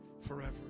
forever